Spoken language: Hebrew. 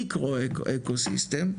מיקרו אקו סיסטם,